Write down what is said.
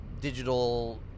digital